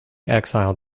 exiled